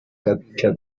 capilla